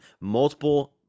multiple